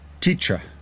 teacher